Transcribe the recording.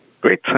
Great